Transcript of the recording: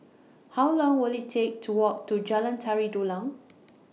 How Long Will IT Take to Walk to Jalan Tari Dulang